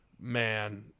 man